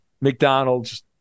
McDonald's